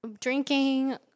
drinking